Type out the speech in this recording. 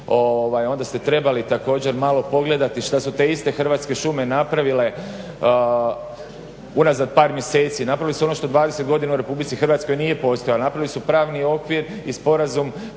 onda ste trebali također malo pogledati šta su te iste Hrvatske šume napravile unazad par mjeseci. Napravile su ono što dvadeset godina u RH nije postojalo, napravili su pravni okvir i sporazum